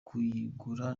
kuyigura